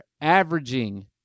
averaging